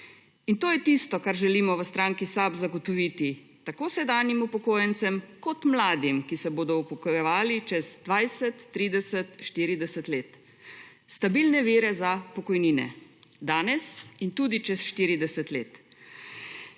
In to je tisto, kar želimo v stranki SAB zagotoviti, tako sedanjim upokojencem, kot mladim, ki se bodo upokojevali čez 20, 30, 40 let. Stabilne vire za pokojnine danes in tudi čez 40 let.